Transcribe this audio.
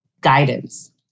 guidance